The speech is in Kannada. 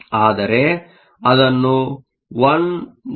ಆದರೆ ಅದನ್ನು 1